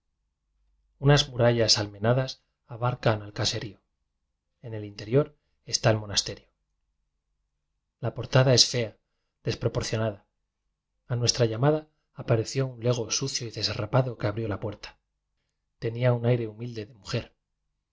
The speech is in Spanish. unas murallas almenadas abarcan al ca serío en el interior está el monasterio la portada es fea desproporcionada a nuestra llamada apareció un lego sucio y desarrapado que abrió la puerta tenía un aire humilde de mujer